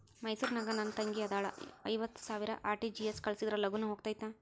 ಮೈಸೂರ್ ನಾಗ ನನ್ ತಂಗಿ ಅದಾಳ ಐವತ್ ಸಾವಿರ ಆರ್.ಟಿ.ಜಿ.ಎಸ್ ಕಳ್ಸಿದ್ರಾ ಲಗೂನ ಹೋಗತೈತ?